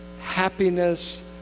Happiness